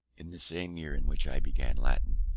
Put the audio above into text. in the same year in which i began latin,